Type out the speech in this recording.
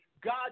God